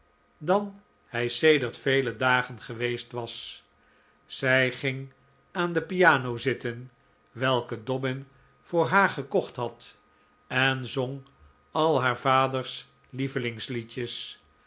dan hij sedert vele dagen geweest was zij ging aan de piano zitten welke dobbin voor haar gekocht had en zong al haar vaders